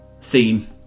theme